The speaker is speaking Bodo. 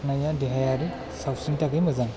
खारनाया देहायारि सावस्रिनि थाखाय मोजां